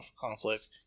conflict